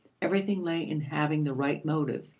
everything lay in having the right motive,